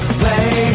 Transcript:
play